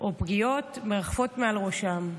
או פגיעות מרחפות מעל ראשן.